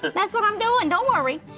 that's what i'm doin', don't worry,